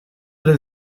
del